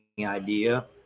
idea